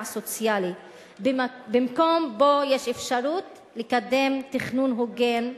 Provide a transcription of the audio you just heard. סוציאלי במקום שבו יש אפשרות לקדם תכנון הוגן לבית.